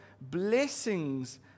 blessings